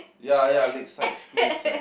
ya ya Lakeside screw Lakeside